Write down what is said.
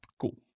Cool